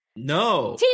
No